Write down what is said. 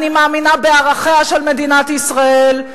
אני מאמינה בערכיה של מדינת ישראל.